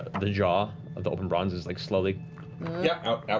the jaw of the open bronze is like slowly yeah